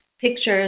pictures